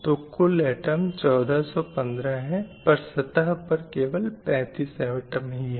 तो कुल ऐटम 1415 हैं पर सतह पर केवल 35 ऐटम ही है